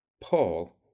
Paul